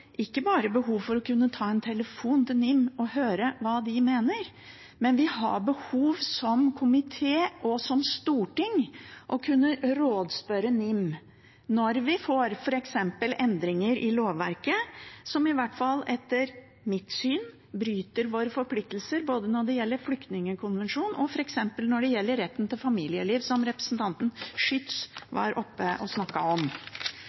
ikke bare behov for å kunne ta en telefon til NIM og høre hva de mener, vi har som komité og som storting behov for å kunne rådspørre NIM når vi f.eks. får endringer i lovverket som i hvert fall etter mitt syn bryter våre forpliktelser både når det gjelder flyktningkonvensjonen, og f.eks. når det gjelder retten til familieliv, som representanten Schytz var oppe og snakket om.